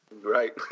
Right